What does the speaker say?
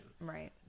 Right